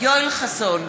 יואל חסון,